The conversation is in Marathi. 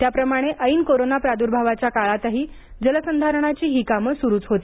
त्याप्रमाणे ऐन कोरोना प्राद्र्भावाच्या काळातही जलसंधारणाची ही कामे सुरुच होती